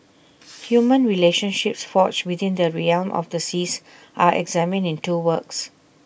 human relationships forged within the realm of the seas are examined in two works